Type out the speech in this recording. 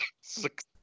six